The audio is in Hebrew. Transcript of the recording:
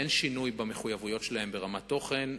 אין שינוי במחויבות ברמת התוכן,